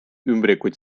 ümbrikuid